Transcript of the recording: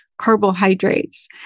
carbohydrates